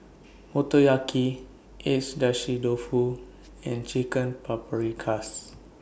Motoyaki Agedashi Dofu and Chicken Paprikas